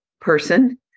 Person